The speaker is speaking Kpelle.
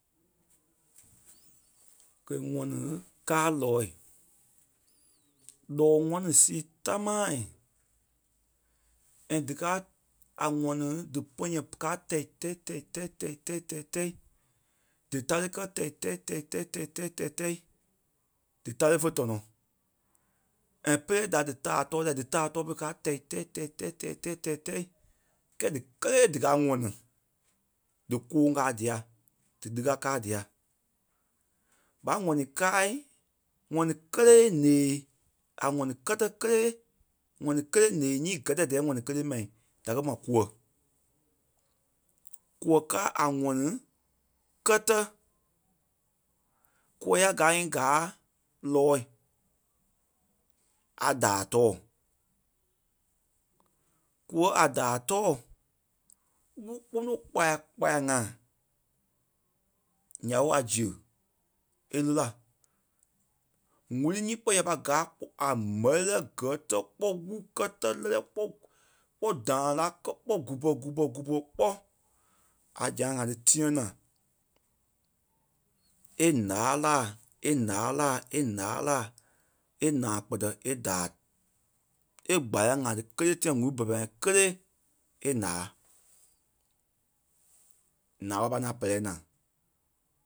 Gɛ̀ ŋɔni káa nɔɔ̂i. Ǹɔɔ ŋɔni sii támaa and díkaa a ŋɔni dípɔ̃yɛ ka tɛi-tɛ́i tɛi-tɛ́i tɛi-tɛ́i tɛi-tɛ́i dítare kɛ́ tɛi-tɛ́i tɛi-tɛ́i tɛi-tɛ́i tɛi-tɛ́i dítare fe tɔnɔ and pɛrɛ da dítaai tɔɔ pere ka tɛi-tɛ́i tɛi-tɛ́i tɛi-tɛ́i tɛi-tɛ́i kɛlɛ díkelee díkaa a ŋɔni. Dí kɔɔ̂ŋ kaa día, dí lîa kaa dia. ɓa ŋ̀ɔnii kâa ŋɔni kélee ǹee a ŋɔni kɛtɛ kélee ŋɔni kélee ǹee nyii gɛ́tɛ tɛɛ ŋɔni kélee ma díkɛ ma kûɛ. Kûɛ káa a ŋɔni kɛtɛ. Kûɛ ŋi ya gaa í gáa nɔɔ̂i a daai tɔɔ. Kûɛ a daai tɔɔ wúru kpune kpaya kpaya ŋai ya ɓe ziɣe e lí la. ŋ̀úrui ŋí kpɛɛ ɓa gaa a gbɛlɛ kɛ́tɛ kpɔ́ wúru kɛtɛ lɛ́lɛ kpɔ́, kpɔ́ dãɣa la kɛ́ kpɔ́ gupɔ gupɔ gupɔ kpɔ́ a zãa ŋai tí tîyaŋ naa. E laa láa e laa láa e naa kpɛtɛ e daai e kpálaŋ ŋa tí kélee tîa ŋ̀úrui bɛlɛ-pɛlɛɛ ŋai kélee e laa. Naa ɓé ŋaŋ a pai pɛlɛ naa